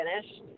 finished